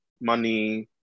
money